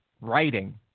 writing